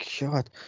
god